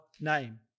name